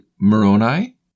Moroni